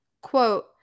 quote